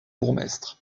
bourgmestre